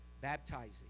baptizing